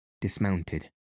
dismounted